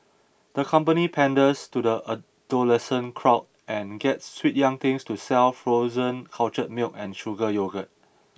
the company panders to the adolescent crowd and gets sweet young things to sell frozen cultured milk and sugar yogurt